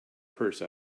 purse